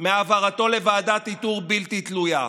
מהעברתו לוועדת איתור בלתי תלויה.